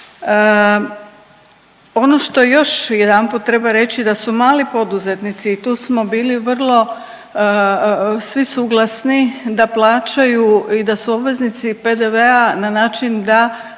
Ono što još jedanput treba reći da su mali poduzetnici i tu smo bili vrlo svi suglasni da plaćaju i da su obveznici PDV-a na način da